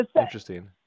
interesting